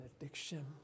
addiction